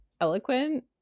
eloquent